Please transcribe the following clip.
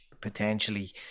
potentially